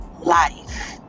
life